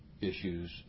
issues